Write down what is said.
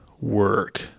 work